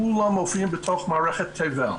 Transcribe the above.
כולן מופיעות בתוך מערכת תבל.